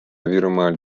virumaal